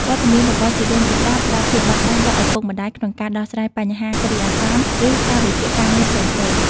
វត្តមានរបស់ជីដូនជីតាផ្តល់ភាពបត់បែនដល់ឪពុកម្តាយក្នុងការដោះស្រាយបញ្ហាគ្រាអាសន្ន ឬកាលវិភាគការងារផ្សេងៗ។